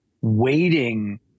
waiting